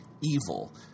evil